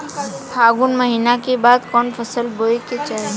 फागुन महीना के बाद कवन फसल बोए के चाही?